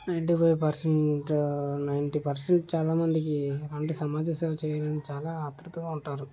ninety five percent ఆ ninety percent చాలామందికి అంటే సమాజ సేవ చేయాలనే చాలా ఆతృతగా ఉంటారు